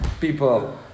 people